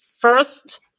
first